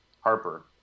Harper